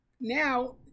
now